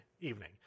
evening